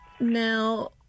Now